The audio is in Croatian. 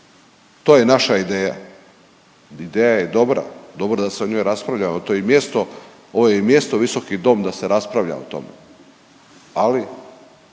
to je naša ideja. Ideja je dobra, dobro je da se o njoj rasprava ovo je i mjesto visoki dom da se raspravlja o tome, ali